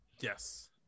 Yes